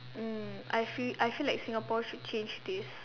mm I feel I feel like Singapore should change this